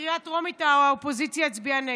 שבקריאה טרומית האופוזיציה הצביעה נגדו.